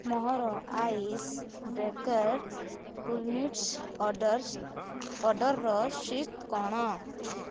ମୋର ice breaker cool ଅର୍ଡ଼ର୍ର ସ୍ଥିତି କ'ଣ